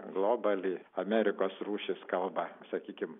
globali amerikos rūšys kalba sakykim